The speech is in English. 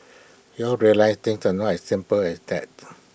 we all realised things are not as simple as that